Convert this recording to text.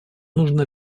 нужно